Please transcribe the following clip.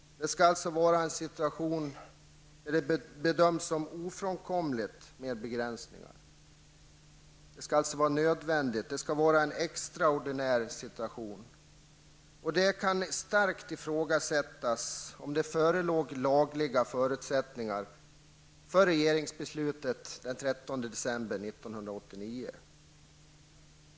Det skall alltså vara fråga om en situation där det bedöms som ofrånkomligt med begränsningar. Begränsningarna skall alltså vara nödvändiga i en extraordinär situation. Det kan starkt ifrågasättas om det förelåg lagliga förutsättningar för regeringsbeslutet den 13 december 1989.